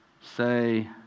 say